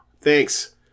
thanks